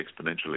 exponentially